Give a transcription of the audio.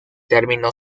terminó